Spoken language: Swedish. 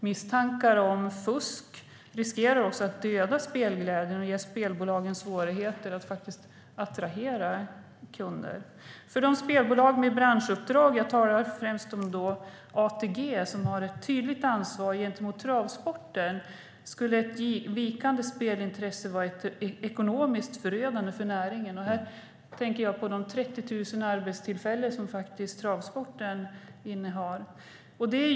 Misstankar om fusk riskerar att döda spelglädjen och ge spelbolagen svårigheter att attrahera kunder. För de spelbolag med branschuppdrag - jag talar främst om ATG, som har ett tydligt ansvar gentemot travsporten - skulle ett vikande spelintresse vara ekonomiskt förödande. Jag tänker på de 30 000 arbetstillfällen som finns i travsporten.